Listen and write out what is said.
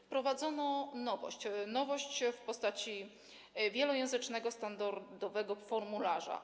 Wprowadzono nowość w postaci wielojęzycznego standardowego formularza.